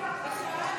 סימון דוידסון,